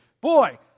Boy